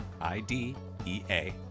I-D-E-A